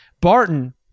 Barton